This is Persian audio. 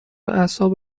اعصاب